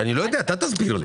אני לא יודע, אתה תסביר לי.